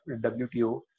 WTO